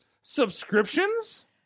Subscriptions